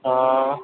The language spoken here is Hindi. हाँ